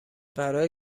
برا